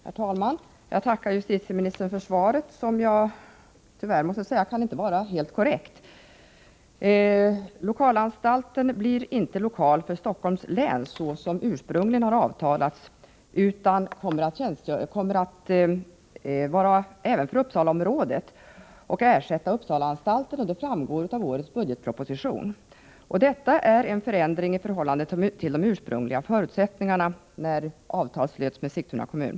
Herr talman! Jag tackar justitieministern för svaret, som — tyvärr måste jag säga det — inte kan vara helt korrekt. Lokalanstalten blir inte en lokal anstalt för Stockholms län, såsom ursprungligen avtalats, utan den kommer att vara till även för Uppsalaområdet och ersätta Uppsalaanstalten. Det framgår av årets budgetproposition. Detta är en av förändringarna i förhållande till de ursprungliga förutsättningar som gällde när avtal slöts med Sigtuna kommun.